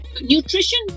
nutrition